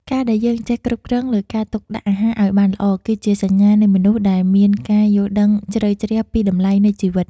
ការដែលយើងចេះគ្រប់គ្រងលើការទុកដាក់អាហារឱ្យបានល្អ គឺជាសញ្ញានៃមនុស្សដែលមានការយល់ដឹងជ្រៅជ្រះពីតម្លៃនៃជីវិត។